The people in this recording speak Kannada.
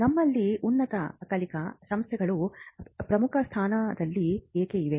ನಮ್ಮಲ್ಲಿ ಉನ್ನತ ಕಲಿಕಾ ಸಂಸ್ಥೆಗಳು ಪ್ರಮುಖ ಸ್ಥಾನದಲ್ಲಿ ಏಕೆ ಇವೆ